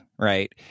Right